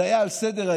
זה היה על סדר-היום.